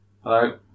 Hello